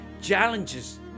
challenges